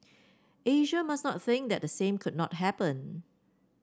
Asia must not think that the same could not happen